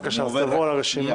אז, בבקשה, תעברו על הרשימה.